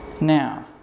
Now